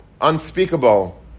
unspeakable